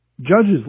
Judges